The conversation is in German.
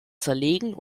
zerlegen